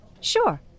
sure